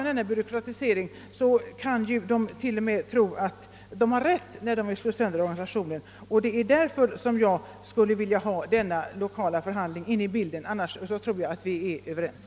Om denna byråkratisering går för långt kan motståndarna till organisationen. till och med få andra att tro att de har rätt. Det är därför jag skulle vilja ha dylika lokala förhandlingar. I övrigt tror jag att fröken Sandell och jag är överens.